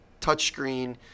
touchscreen